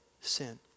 sin